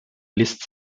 liest